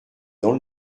dans